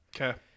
Okay